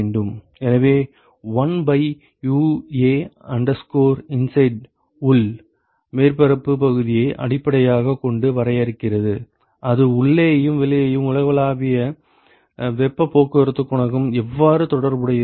எனவே 1 by U U inside உள் மேற்பரப்புப் பகுதியை அடிப்படையாகக் கொண்டு வரையறுக்கிறது அது உள்ளேயும் வெளியேயும் உலகளாவிய வெப்பப் போக்குவரத்து குணகம் எவ்வாறு தொடர்புடையது